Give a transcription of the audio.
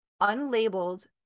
unlabeled